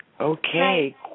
Okay